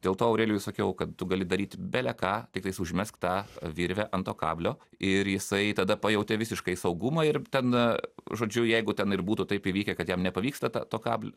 dėl to aurelijui sakiau kad tu gali daryti bele ką tiktais užmesk tą virvę ant to kablio ir jisai tada pajautė visiškai saugumą ir ten žodžiu jeigu ten ir būtų taip įvykę kad jam nepavyksta to kablio